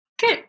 Good